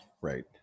Right